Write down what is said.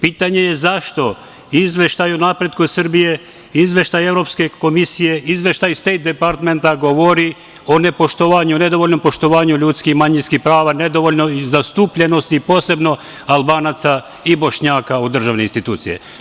Pitanje je zašto izveštaj o napretku Srbije, izveštaj Evropske komisije, izveštaj Stejt departmenta govori o nedovoljnom poštovanju ljudskih i manjinskih prava, nedovoljnoj zastupljenosti, posebno Albanaca i Bošnjaka, u državne institucije?